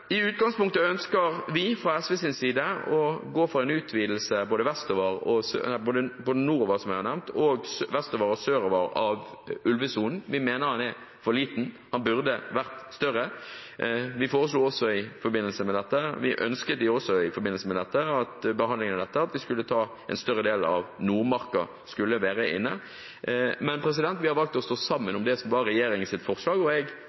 I utgangspunktet ønsker vi fra SVs side å gå for en utvidelse av ulvesonen både nordover, som jeg har nevnt, vestover og sørover. Vi mener den er for liten, den burde vært større. Vi ønsket også i forbindelse med behandlingen av dette at en større del av Nordmarka skulle vært inne, men vi har valgt å stå sammen om det som var regjeringens forslag, og jeg